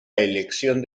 elección